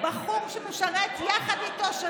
בחור שמשרת יחד איתו,